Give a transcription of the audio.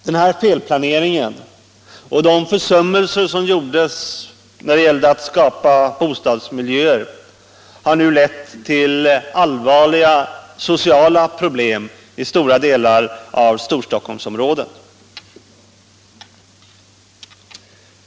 Denna felplanering och försummelserna när det gällde att skapa boendemiljöer har nu lett till allvarliga sociala problem i stora delar av Storstockholmsområdet.